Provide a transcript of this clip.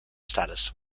status